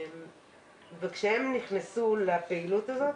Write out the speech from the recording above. כשהם נכנסו לפעילות הזאת,